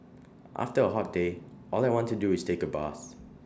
after A hot day all I want to do is take A bath